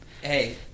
Hey